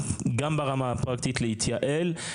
לא היכולות שלכם,